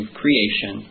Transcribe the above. creation